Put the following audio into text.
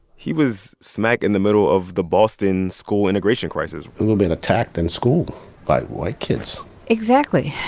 he was smack in the middle of the boston school integration crisis we were being attacked in school by white kids exactly.